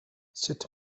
sut